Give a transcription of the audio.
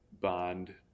bond